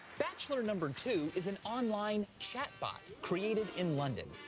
bachelor number two is an online chat bot, created in london.